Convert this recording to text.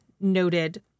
noted